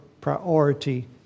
priority